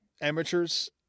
amateurs